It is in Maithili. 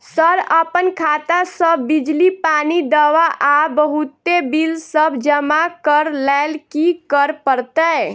सर अप्पन खाता सऽ बिजली, पानि, दवा आ बहुते बिल सब जमा करऽ लैल की करऽ परतै?